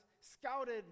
scouted